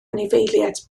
anifeiliaid